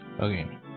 Okay